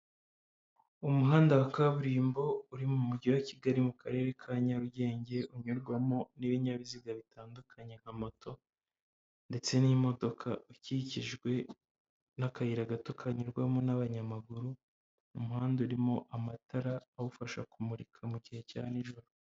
Umuhanda wa kaburimbo uri mu mujyi wa Kigali mu Karere ka Nyarugenge unyurwamo n'ibinyabiziga bitandukanye nka moto ndetse n'imodoka ukikijwe n'akayira gato kanyurwamo n'abanyamaguru, umuhanda urimo amatara awufasha kumurika mu gihe cya nijoro.